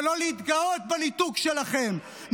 ולא להתגאות בניתוק שלכם,